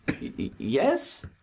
Yes